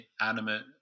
animate